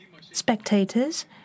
spectators